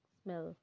smell